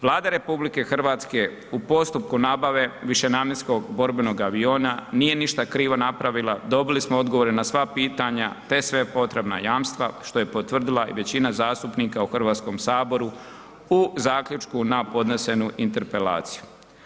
Vlada RH u postupku nabave višenamjenskog borbenog aviona nije ništa krivo napravila, dobili smo odgovore na sva pitanja te sve potrebna jamstva, što je potvrdila i većina zastupnika u HS-u u zaključku na podnesenu Interpelaciju.